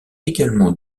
également